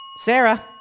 Sarah